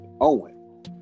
owen